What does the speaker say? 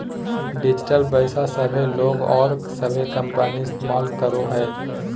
digital पैसा सभे लोग और सभे कंपनी इस्तमाल करो हइ